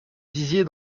disiez